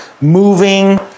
moving